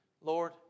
Lord